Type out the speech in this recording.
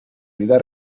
vida